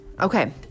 Okay